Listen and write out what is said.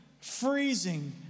freezing